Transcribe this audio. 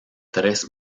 tres